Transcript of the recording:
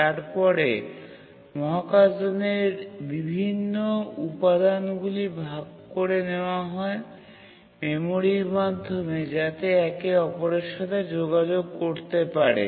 তারপরে মহাকাশযানের বিভিন্ন উপাদানগুলি ভাগ করে নেওয়া হয় মেমরির মাধ্যমে যাতে একে অপরের সাথে যোগাযোগ করতে পারে